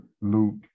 Luke